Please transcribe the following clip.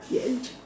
yes